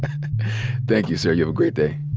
thank you, sir. you have a great day.